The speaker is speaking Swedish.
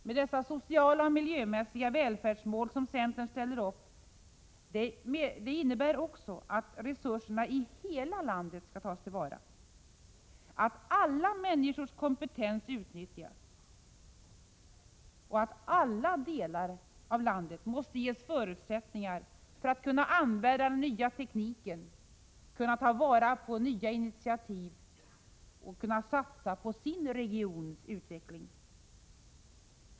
Med de sociala och miljömässiga välfärdsmål som centern ställer innebär tillväxt också att resurserna i hela landet skall tas till vara och att alla människors kompetens utnyttjas. Alla delar av landet måste ges förutsättningar att kunna använda den nya tekniken, kunna ta vara på nya initiativ och kunna satsa på sin regions utveckling.